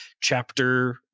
chapter